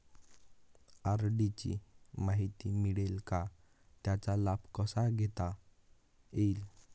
RD ची माहिती मिळेल का, त्याचा लाभ कसा घेता येईल?